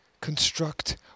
Construct